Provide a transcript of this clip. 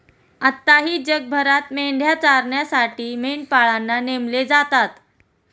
आताही जगभरात मेंढ्या चरण्यासाठी मेंढपाळांना नेमले जातात